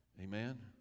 Amen